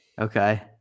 Okay